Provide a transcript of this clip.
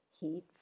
heat